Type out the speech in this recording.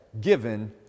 given